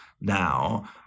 now